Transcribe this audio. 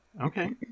Okay